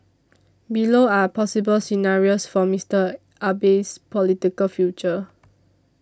below are possible scenarios for Mister Abe's political future